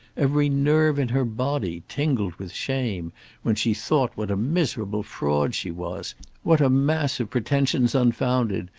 every nerve in her body tingled with shame when she thought what a miserable fraud she was what a mass of pretensions unfounded,